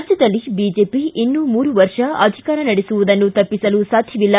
ರಾಜ್ಕದಲ್ಲಿ BJP ಇನ್ನೂ ಮೂರು ವರ್ಷ ಅಧಿಕಾರ ನಡೆಸುವುದನ್ನು ತಪ್ಪಿಸಲು ಸಾಧ್ಯವಿಲ್ಲ